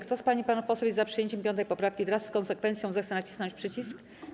Kto z pań i panów posłów jest za przyjęciem 5. poprawki wraz z konsekwencją, zechce nacisnąć przycisk.